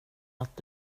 att